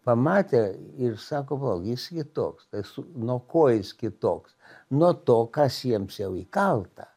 pamatę ir sako vo gi jis kitoks tai su nuo ko jis kitoks nuo to kas jiems jau įkalta